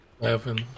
Eleven